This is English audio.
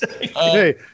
hey